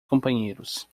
companheiros